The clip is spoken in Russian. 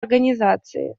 организации